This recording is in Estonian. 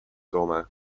toome